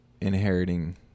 inheriting